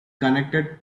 connected